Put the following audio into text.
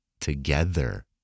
together